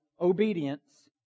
obedience